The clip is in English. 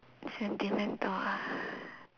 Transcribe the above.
sentimental ah